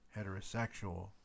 heterosexual